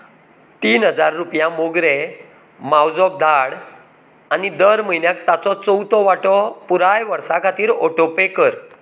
तीन हजार रुपया मोगरे मावजोक धाड आनी दर म्हयन्याक ताचो चवथो वांटो पुराय वर्सा खातीर ऑटोपे कर